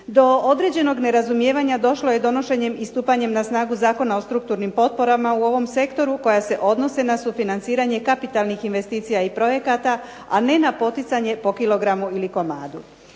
Do određenog nerazumijevanja došlo je donošenjem i stupanjem na snagu Zakona o strukturnim potporama u ovom sektoru koja se odnose na sufinanciranje kapitalnih investicija i projekata, a ne na poticanje po kg ili komadu.